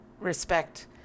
respect